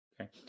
Okay